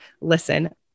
listen